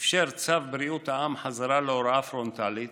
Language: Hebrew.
אפשר צו בריאות העם חזרה להוראה פרונטלית,